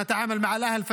עכשיו תגיד מה אמרת להם,